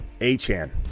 A-Chan